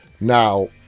Now